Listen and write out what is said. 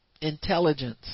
intelligence